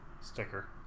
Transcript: sticker